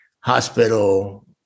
hospital